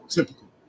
Typical